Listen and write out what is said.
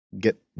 get